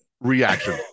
reaction